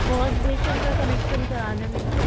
wash basin کا connection کرانا ہے مجھے